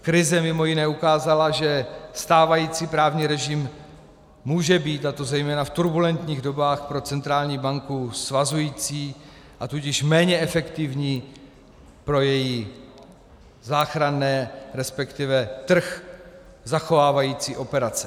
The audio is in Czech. Krize mimo jiné ukázala, že stávající právní režim může být, a to zejména v turbulentních dobách, pro centrální banku svazující, a tudíž méně efektivní pro její záchranné, resp. trh zachovávající operace.